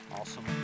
Awesome